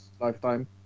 Lifetime